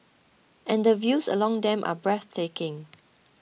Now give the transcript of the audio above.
and the views along them are breathtaking